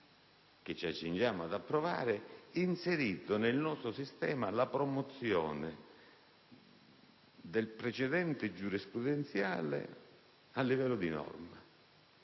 che ci accingiamo ad approvare, invece, abbiamo inserito nel nostro sistema la promozione del precedente giurisprudenziale a livello di norma.